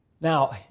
Now